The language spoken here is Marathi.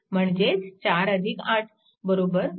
म्हणजेच 4 8 12V